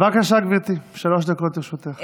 בבקשה, גברתי, שלוש דקות לרשותך.